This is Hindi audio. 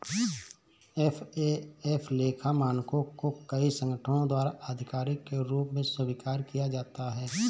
एफ.ए.एफ लेखा मानकों को कई संगठनों द्वारा आधिकारिक के रूप में स्वीकार किया जाता है